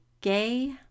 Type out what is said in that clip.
Gay